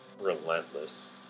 relentless